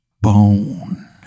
bone